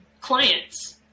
clients